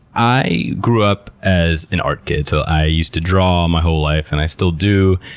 i grew up as an art kid. so i used to draw my whole life and i still do.